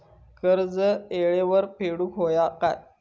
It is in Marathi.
कर्ज येळेवर फेडूक होया काय?